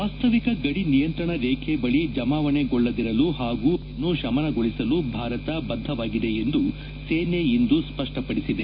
ವಾಸ್ತವಿಕ ಗಡಿ ನಿಯಂತ್ರಣ ರೇಖೆ ಬಳಿ ಜಮಾವಣೆಗೊಳ್ಳದಿರಲು ಹಾಗೂ ಬಿಗು ಪರಿಸ್ತಿತಿಯನ್ನು ಶಮನಗೊಳಿಸಲು ಭಾರತ ಬದ್ದವಾಗಿದೆ ಎಂದು ಸೇನೆ ಇಂದು ಸ್ವಷ್ಟ ಪಡಿಸಿದೆ